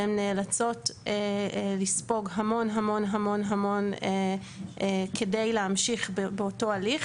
והן נאלצות לספוג המון כדי להמשיך באותו הליך,